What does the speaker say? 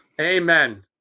Amen